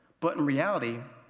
but in reality,